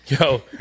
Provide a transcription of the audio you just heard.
Yo